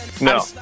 No